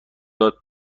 داد